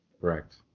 correct